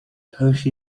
push